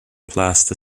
plaster